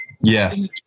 Yes